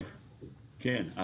כן.